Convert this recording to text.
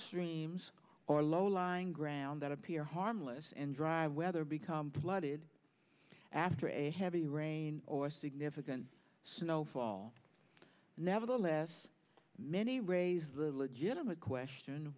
streams or low lying ground that appear harmless and dry weather become flooded after a heavy rain or significant snowfall nevertheless many raise the legitimate question